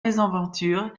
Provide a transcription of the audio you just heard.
mésaventures